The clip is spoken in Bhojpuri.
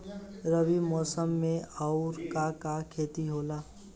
रबी मौसम में आऊर का का के खेती होला?